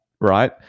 right